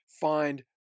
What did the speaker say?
find